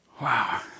wow